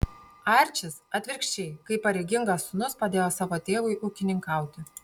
arčis atvirkščiai kaip pareigingas sūnus padėjo savo tėvui ūkininkauti